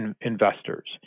investors